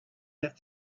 that